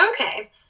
Okay